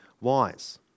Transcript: wise